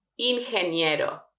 Ingeniero